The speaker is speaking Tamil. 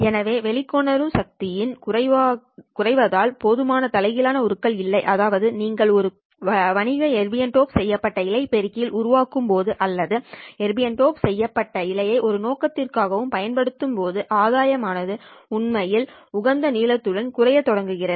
எனவே வெளிக்கொணரும் சக்தி குறைவதால் போதுமான தலைகீழான உருக்கள் இல்லை அதாவது நீங்கள் ஒரு வணிக எர்பியம் டோப் செய்யப்பட்ட இழை பெருக்கிகள் உருவாக்கும்போது அல்லது எர்பியம் டோப் செய்யப்பட்ட இழையை எந்த நோக்கத்திற்காகவும் பயன்படுத்தும் போது ஆதாயம் ஆனது உண்மையில் உகந்த நீளத்துடன் குறையத் தொடங்குகிறது